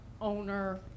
owner